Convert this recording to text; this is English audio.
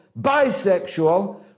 bisexual